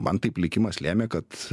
man taip likimas lėmė kad